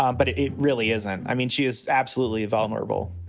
um but it it really isn't. i mean, she is absolutely vulnerable